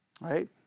right